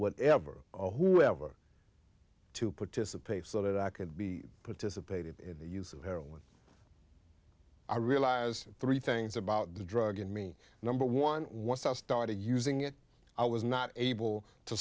whatever or whoever to participate so that i could be participating in the use of heroin i realized three things about the drug in me number one once i started using it i was not able to